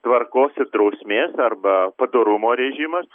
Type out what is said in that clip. tvarkos ir drausmės arba padorumo režimas